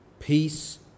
Peace